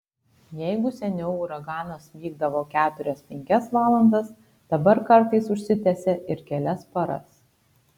jeigu seniau uraganas vykdavo keturias penkias valandas dabar kartais užsitęsia ir kelias paras